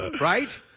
right